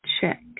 check